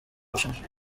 bushinwa